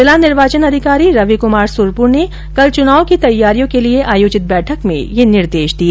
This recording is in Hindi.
जिला निर्वाचन अधिकारी रविक्मार सुरपुर ने केल चुनाव की तैयारियों के लिए आयोजित बैठक में यह निर्देश दिए